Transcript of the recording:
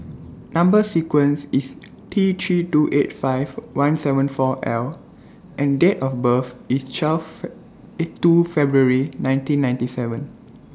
Number sequence IS T three two eight five one seven four L and Date of birth IS Fee IS two February nineteen ninety seven